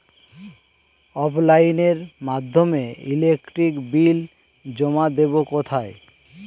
অফলাইনে এর মাধ্যমে ইলেকট্রিক বিল জমা দেবো কোথায়?